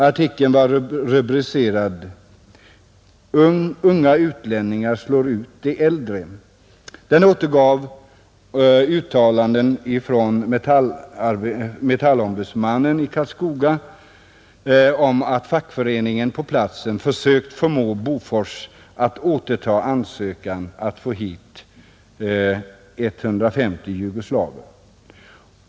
Artikeln var rubricerad ”Unga utlänningar slår ut de äldre”. Det återgav uttalanden från Metallombudsmannen i Karlskoga om att fackföreningen på platsen försökt förmå Bofors att återta ansökan att få ta hit 150 jugoslaver.